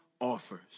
offers